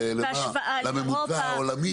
לממוצע העולמי?